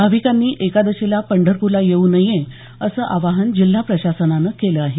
भाविकांनी एकादशीला पंढरपूरला येऊ नये असं आवाहन जिल्हा प्रशासनान केलं आहे